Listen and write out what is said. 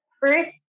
first